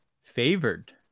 favored